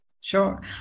Sure